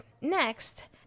next